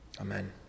Amen